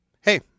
Hey